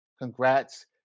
Congrats